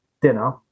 dinner